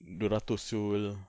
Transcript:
dua ratus [siol]